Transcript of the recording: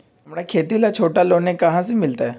हमरा खेती ला छोटा लोने कहाँ से मिलतै?